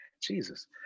Jesus